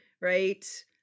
right